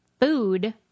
food